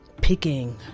Picking